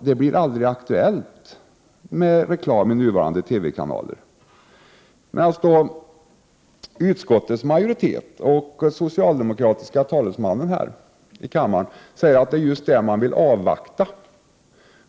det aldrig blir aktuellt med reklam i nuvarande TV-kanaler, medan utskottets majoritet och den socialdemokratiske talesmannen här i kammaren säger att man vill avvakta att